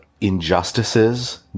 injustices